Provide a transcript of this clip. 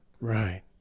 Right